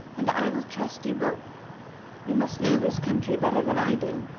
and i will trust you both you must know this country better than i do.